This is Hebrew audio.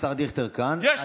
השר דיכטר כאן, עד שיחליפו אותו.